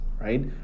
right